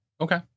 Okay